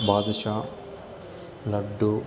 badusha laddu